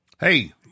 Hey